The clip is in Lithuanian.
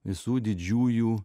visų didžiųjų